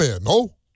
no